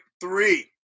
three